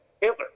Hitler